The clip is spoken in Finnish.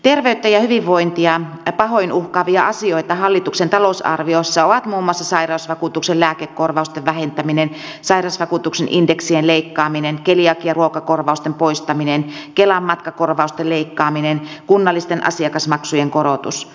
terveyttä ja hyvinvointia pahoin uhkaavia asioita hallituksen talousarviossa ovat muun muassa sairausvakuutuksen lääkekorvausten vähentäminen sairausvakuutuksen indeksien leikkaaminen keliakiaruokakorvausten poistaminen kelan matkakorvausten leikkaaminen kunnallisten asiakasmaksujen korotus